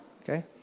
Okay